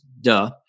duh